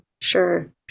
Sure